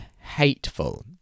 hateful